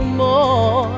more